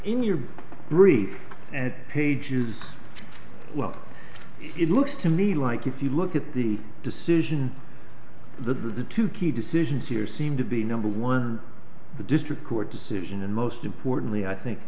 in your brief and pages well it looks to me like if you look at the decision that the two key decisions here seem to be number one the district court decision and most importantly i think